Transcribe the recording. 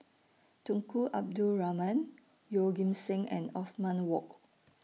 Tunku Abdul Rahman Yeoh Ghim Seng and Othman Wok